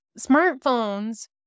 smartphones